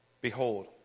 behold